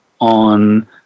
on